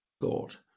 thought